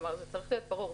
וזה צריך להיות ברור.